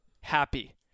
happy